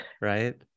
right